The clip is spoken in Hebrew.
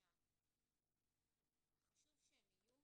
ומדגישה שחשוב שהם יהיו